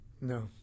No